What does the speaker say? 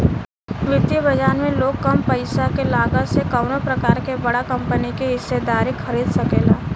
वित्तीय बाजार में लोग कम पईसा के लागत से कवनो प्रकार के बड़ा कंपनी के हिस्सेदारी खरीद सकेला